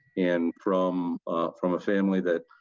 and from from a family that